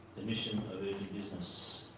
of urgent business.